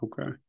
okay